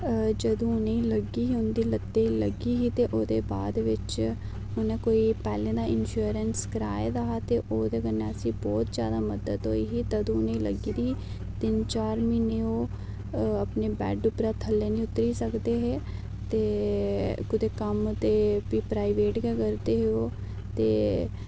जंदू उंनेंगी लग्गी ही उं'दी लत्ता गी लग्गी ही ते ओहदे बाद बिच उ'नें कोई पैहलें दा इंश्योरेंस कराए दा हा ते ओहदे कन्नै असेंगी बहुत ज्यादा मदद होई ही तंदू जंदू उ'नेंगी लग्गी दी ही तिन चार म्हीने ओह् अपने बैड उप्परा थल्लै नेईं उत्तरी सकदे हे ते कुतै कम्म ते कोई प्राइवेट गै करदे हे ओह् ते